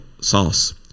sauce